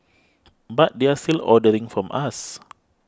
but they're still ordering from us